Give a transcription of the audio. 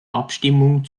abstimmung